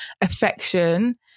affection